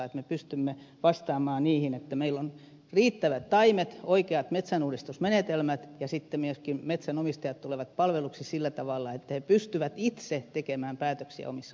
meidän pitää pystyä vastaamaan niihin meillä on oltava riittävät taimet oikeat metsänuudistusmenetelmät ja sitten myöskin metsänomistajien on tultava palvelluiksi sillä tavalla että he pystyvät itse tekemään päätöksiä omissa